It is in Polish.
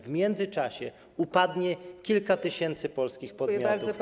W międzyczasie upadnie kilka tysięcy polskich podmiotów.